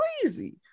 crazy